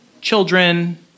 children